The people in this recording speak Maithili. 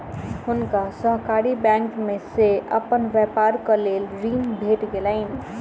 हुनका सहकारी बैंक से अपन व्यापारक लेल ऋण भेट गेलैन